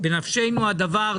בנפשנו הדבר.